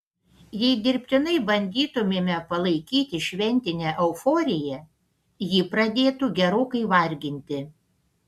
jei dirbtinai bandytumėme palaikyti šventinę euforiją ji pradėtų gerokai varginti